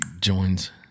joins